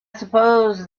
suppose